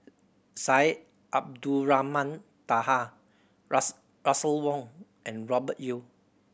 Syed Abdulrahman Taha Russel Wong and Robert Yeo